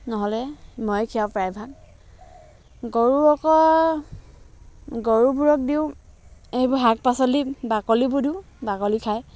নহ'লে ময়ে খীয়ৰাওঁ প্ৰায়ভাগ গৰু আকৌ গৰুবোৰক দিওঁ এইবোৰ শাক পাচলি বাকলিবোৰ দিওঁ বাকলি খায়